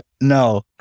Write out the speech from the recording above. No